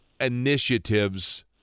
Initiatives